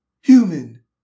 human